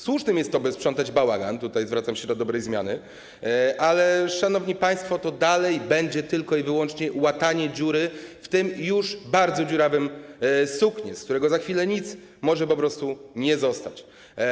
Słuszne jest to, by sprzątać bałagan - tutaj zwracam się do dobrej zmiany - ale, szanowni państwo, to dalej będzie tylko i wyłącznie łatanie dziury w tym już bardzo dziurawym suknie, z którego za chwilę po prostu może nic nie zostać.